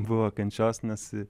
buvo kančios nes